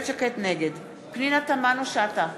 נגד פנינה תמנו-שטה,